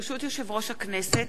ברשות יושב-ראש הכנסת,